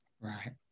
Right